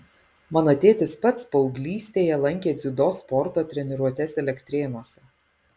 mano tėtis pats paauglystėje lankė dziudo sporto treniruotes elektrėnuose